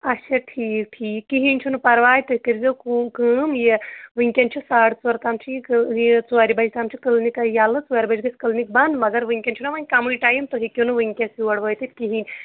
اچھا ٹھیٖک ٹھیٖک کِہیٖنۍ چھُنہٕ پَرواے تُہۍ کٔرۍ زیو کُ کٲم یہِ وٕنکٮ۪ن چھُ ساڑٕ ژور تام چھِ یہِ یہِ ژورِ بَجہِ تام چھُ کٕلنِکَے ییٚلہٕ ژورِ بَجہِ گژھِ کٕلنِک بنٛد مگر وٕنکٮ۪ن چھُنہ وۄنۍ کَمٕے ٹایم تُہۍ ہیٚکِو نہٕ وٕنکٮ۪س یور وٲتِتھ کِہیٖنۍ